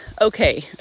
okay